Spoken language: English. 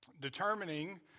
determining